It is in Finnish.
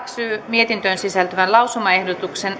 mietintöön sisältyvä lausumaehdotus